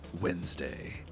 Wednesday